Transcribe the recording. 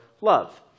love